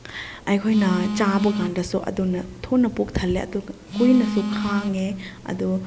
ꯑꯩꯈꯣꯏꯅ ꯆꯥꯕ ꯀꯥꯟꯗꯁꯨ ꯑꯗꯨꯅ ꯊꯨꯅ ꯄꯨꯛ ꯊꯜꯂꯦ ꯑꯗꯨꯒ ꯀꯨꯏꯅꯁꯨ ꯈꯥꯡꯉꯦ ꯑꯗꯨ